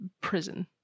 prison